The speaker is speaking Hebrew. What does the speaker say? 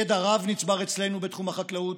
ידע רב נצבר אצלנו בתחום החקלאות,